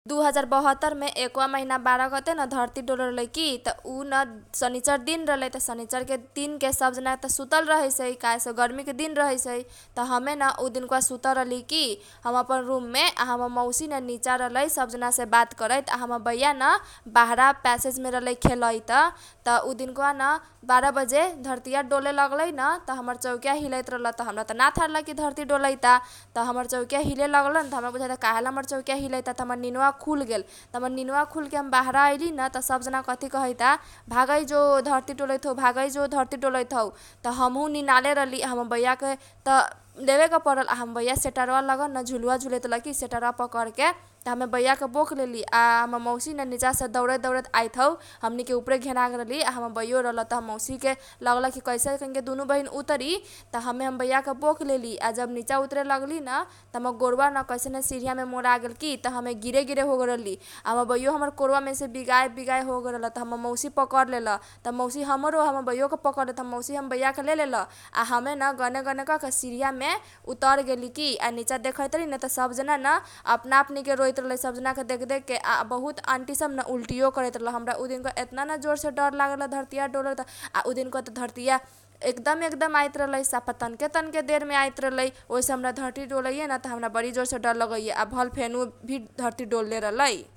द्दण्ठद्द मे ज्ञ वा महिना ज्ञद्द गते न धरती डोलल रहलै कि त उन शनिचर दिन रहलै शनिचर दिनके सब जना त सुतल रहैसै त काहेला गर्मीके दिन रहैलै त हमेन उ दिन सुतल रहलि कि हम अपन रुममे आ हमर मौसी निचा रहलै सब जनासे बात करैत आ हमर बैया न बाहारा पैसेज मे रहलै खेलैत त उ दिन कान ज्ञद्द बजे धरतीया डोले लगलै न त हमर चौकिया हिलैत रहल त हमरा ना थाह रहल कि धरती डोलैता त हमर चौकीया हिले लागल त हमरा बुझाइ ता काहे हमर चौकिया हिलाई ता त हमर निनबा खुल गेल त हमर नीनबा खुलके हम बाहरा आइलिन त सब जना कथि कहैता भागैजो धरती डोलैत हौ भागैजो धरती डोलैत हौ त हमहु निनाले रहली आ हमर बैयाके त लेबेके परल आ हमर बैया सेटरवा लगन न झुलुवा झुलाइत रहल सेटरवा पकरके त हमे वैया के बोक लेली आ हमर मौसी न निचासे दौरैत दैरैत आइत हौ हमनी के उपरे घेरा गेल रहलि आ हमर बाइया रहल त हमर मौसि के लागल की कैसे येकनी के दुनु बहिन उतरी त हमे हमर बैया के बोक लेलि आ जब निचा उतरे लगली न त हमर गोरवा न कैसेन सिरिया मे मोरा गेल कि त हमे गिरे गिरे होगेल राहली आ हमर बाईया हमर कोरा मेसे विगाए बिगाए होगेल रहल त हमर मौसी पक्रलेल त हमर मौसि हमरा आ हमर बैयो के पकरलेल त हमर मौसि हमर बैया के लेले ल की आ हमे न गने गने कर के सिरीया मेसे उतर गेली की आ नीचा देखाइ तारी न त सब जाना न अपना अपनी के रोइत रहलै सब जना के देख देख के आ बहुत आन्टी सब न उलटी करैत रहल हमरा उ दिनका बा येतना न जोर से डर लगेल रहल धरती या डोलल त आ उ दिनका बा धरती या एकदम एकदम आइत रहलै सफा तन के तन के देरमे आइत रहलै ओइसे हमरा धरती दोलाइएन त हमरा बरी जोर से डर लगैये आ भल फेनु धरती डोलले रहलै।